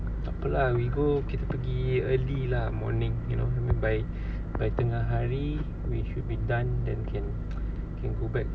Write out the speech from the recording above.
takpe lah we go kita pergi early lah morning you know I mean by by tengah hari we should be done then can can go back